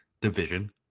division